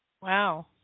wow